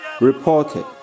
reported